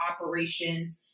operations